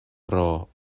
pro